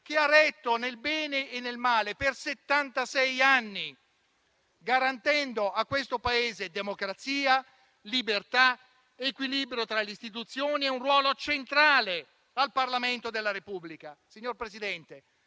che ha retto, nel bene e nel male, per settantasei anni, garantendo a questo Paese democrazia, libertà, equilibrio tra le istituzioni e un ruolo centrale al Parlamento della Repubblica.